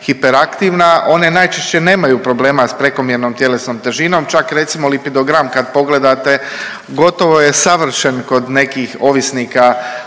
hiperaktivna, one najčešće nemaju problema s prekomjernom tjelesnom težinom, čak recimo lipidogram kad pogledate gotovo je savršen kod nekih ovisnika